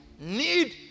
need